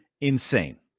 insane